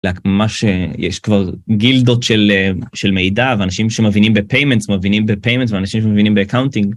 מה שיש כבר גילדות של מידע ואנשים שמבינים בפיימנס, מבינים בפיימנס ואנשים שמבינים באקאונטינג.